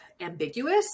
ambiguous